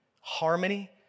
harmony